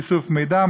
איסוף מידע,